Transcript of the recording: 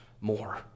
more